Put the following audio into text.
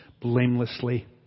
blamelessly